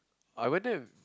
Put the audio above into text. I went there